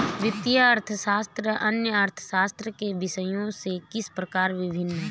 वित्तीय अर्थशास्त्र अन्य अर्थशास्त्र के विषयों से किस प्रकार भिन्न है?